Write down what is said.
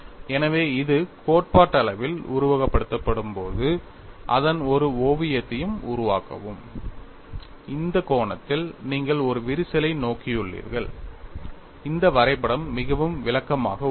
எனவே இது கோட்பாட்டளவில் உருவகப்படுத்தப்படும்போது அதன் ஒரு ஓவியத்தையும் உருவாக்கவும் இந்த கோணத்தில் நீங்கள் ஒரு விரிசலை நோக்கியுள்ளீர்கள் இந்த வரைபடம் மிகவும் விளக்கமாக உள்ளது